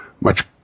Much